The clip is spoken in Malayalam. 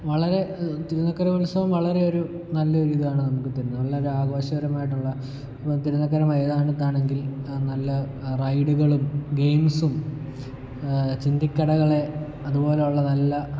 വളരെ തിരുനിക്കര ഉത്സവം വളരെ ഒരു നല്ലൊരു ഇതാണ് നമുക്ക് തരുന്നത് ആഘോഷകരമായിട്ടുള്ള തിരുനക്കര മൈതാനത്താണെങ്കിൽ നല്ല റൈഡുകളും ഗെയിംസും ചിന്തിക്കടകളെ അതുപോലെയുള്ള നല്ല